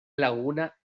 laguna